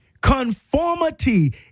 Conformity